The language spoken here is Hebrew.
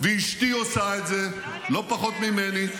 -- ואשתי עושה את זה לא פחות ממני,